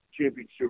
championship